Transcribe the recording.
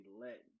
let